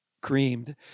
creamed